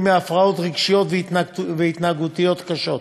מהפרעות רגשיות והתנהגותיות קשות.